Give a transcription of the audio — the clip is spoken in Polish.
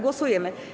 Głosujemy.